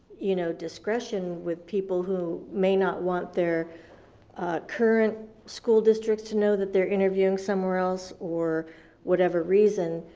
you know discretion with people who may not want their current school districts to know that they're interviewing somewhere else, or whatever reason.